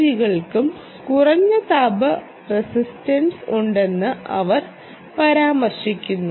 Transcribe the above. ജികൾക്കും കുറഞ്ഞ താപ റെസിസ്റ്റൻസ് ഉണ്ടെന്ന് അവർ പരാമർശിക്കുന്നു